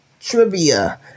trivia